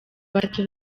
batatu